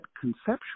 conceptual